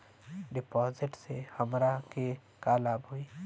डिपाजिटसे हमरा के का लाभ होई?